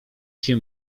się